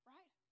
Right